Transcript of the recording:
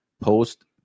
post